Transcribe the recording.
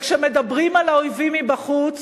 וכשמדברים על האויבים מבחוץ,